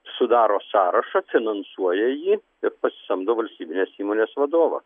sudaro sąrašą finansuoja jį ir pasisamdo valstybinės įmonės vadovą